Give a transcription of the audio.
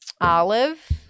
Olive